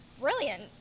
brilliant